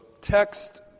text